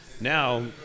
now